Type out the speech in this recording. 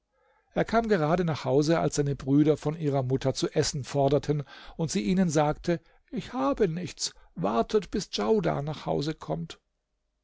er kam gerade nach hause als seine brüder von ihrer mutter zu essen forderten und sie ihnen sagte ich habe nichts wartet bis djaudar nach hause kommt